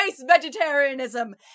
vegetarianism